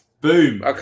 Boom